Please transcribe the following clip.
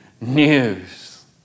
news